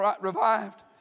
revived